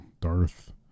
Darth